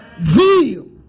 Zeal